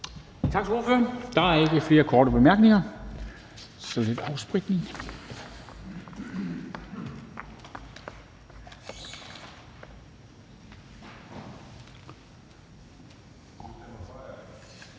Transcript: Tak til ordføreren. Der er ikke flere korte bemærkninger. Så er det hr. Erling